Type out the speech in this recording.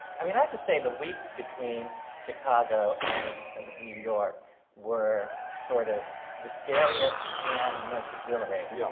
i mean, i have to say, the weeks between chicago and new york were sort of the scariest and the most exhilarating. yeah.